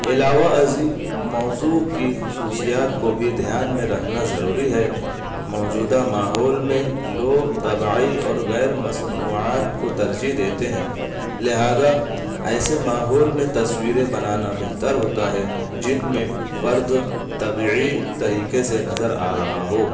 علاوہ ازیں موضوع کی خصوصیات کو بھی دھیان میں رکھنا ضروری ہے موجودہ ماحول میں لوگ طبعی اور غیر مصنوعات کو ترجیح دیتے ہیں لہٰذا ایسے ماحول میں تصویریں بنانا بہتر ہوتا ہے جن میں فرد طبعی طریقے سے نظر آ رہا ہو